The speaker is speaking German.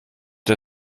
der